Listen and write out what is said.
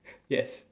yes